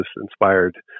inspired